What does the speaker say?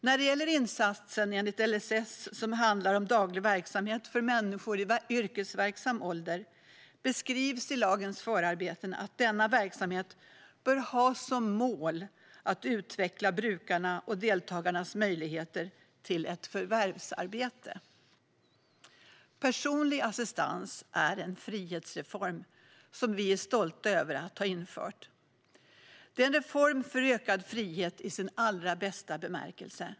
När det gäller insatsen enligt LSS, som handlar om daglig verksamhet för människor i yrkesverksam ålder, beskrivs i lagens förarbeten att denna verksamhet bör ha som mål att utveckla brukarnas och deltagarnas möjligheter till ett förvärvsarbete. Personlig assistans är en frihetsreform som vi är stolta över att ha infört. Det är en reform för ökad frihet i dess allra bästa bemärkelse.